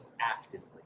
actively